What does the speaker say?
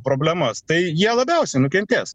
problemas tai jie labiausia nukentės